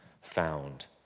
found